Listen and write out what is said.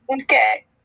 Okay